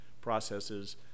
processes